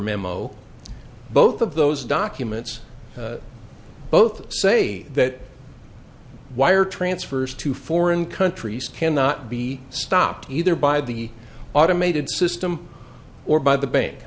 memo both of those documents both say that wire transfers to foreign countries cannot be stopped either by the automated system or by the bank